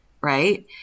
right